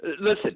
Listen